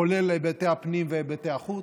כולל היבטי הפנים והיבטי החוץ.